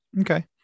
Okay